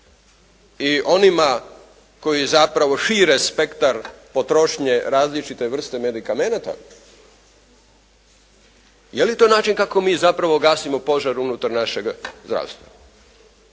i onima koji zapravo šire spektar potrošnje različite vrste medikamenata je li to način kako mi zapravo gasimo požar unutar našeg zdravstva.